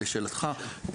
לשאלתך,